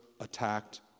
attacked